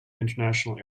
international